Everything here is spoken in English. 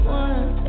one